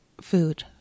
food